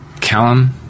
Callum